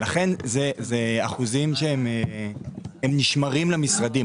לכן זה אחוזים שהם נשמרים למשרדים,